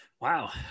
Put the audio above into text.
Wow